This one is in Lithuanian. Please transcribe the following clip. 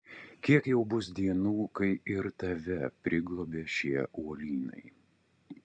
kiek jau bus dienų kai ir tave priglobė šie uolynai